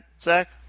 Zach